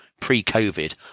pre-COVID